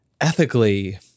ethically